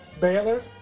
Baylor